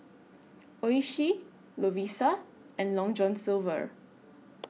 Oishi Lovisa and Long John Silver